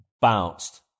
bounced